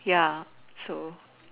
ya so